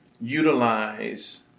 utilize